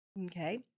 okay